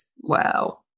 Wow